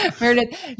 Meredith